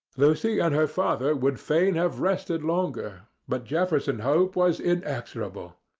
lucy and her father would fain have rested longer, but jefferson hope was inexorable.